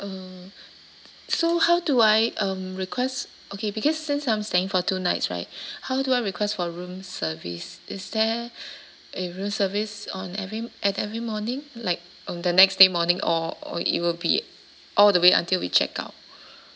err so how do I say um request okay because since I'm staying for two nights right how do I request for room service is there a room service on every at every morning like on the next day morning or or it will be all the way until we check out